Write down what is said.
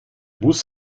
bus